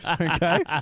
okay